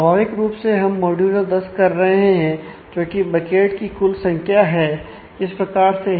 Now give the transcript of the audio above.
स्वाभाविक रूप से हम मॉड्यूलो दस है